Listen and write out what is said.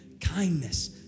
kindness